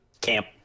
Camp